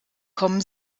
kommen